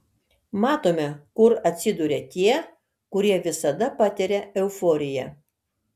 matome kur atsiduria tie kurie visada patiria euforiją